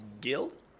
guild